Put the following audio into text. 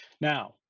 Now